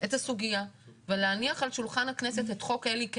אני מתכוונת לבחון את הסוגיה ולהניח על שולחן הכנסת את חוק אלי קיי.